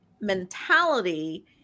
mentality